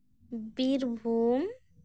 Birbhum